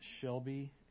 Shelby